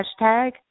hashtag